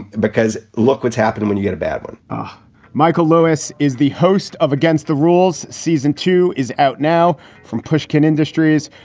because look what's happened when you get a bad one michael lewis is the host of against the rules. season two is out now from pushkin industries.